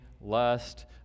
lust